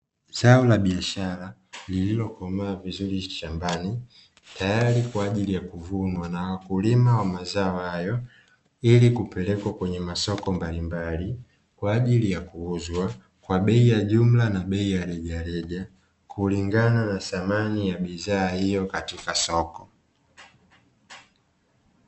Zao la biashara lililokomaa vizuri shambani tayari kwa ajili ya kuvunwa na wakulima wa mazao hayo, ili kupelekwa kwenye masoko mbalimbali kwa ajili ya kuuzwa kwa bei ya jumla na bei ya rejareja, kulingana na thamani ya bidhaa hiyo katika soko.